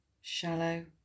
shallow